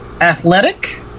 athletic